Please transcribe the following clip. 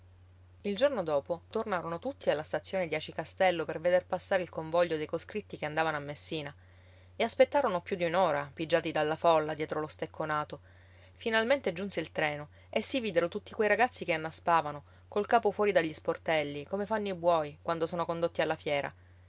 il giorno dopo tornarono tutti alla stazione di aci castello per veder passare il convoglio dei coscritti che andavano a messina e aspettarono più di un'ora pigiati dalla folla dietro lo stecconato finalmente giunse il treno e si videro tutti quei ragazzi che annaspavano col capo fuori dagli sportelli come fanno i buoi quando sono condotti alla fiera